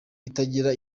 itagira